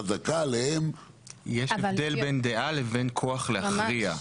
חזקה עליהם --- יש הבדל בין דעה לבין כוח להכריע.